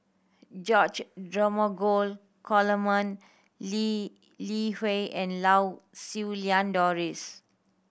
George Dromgold Coleman Lee Li Hui and Lau Siew Lang Doris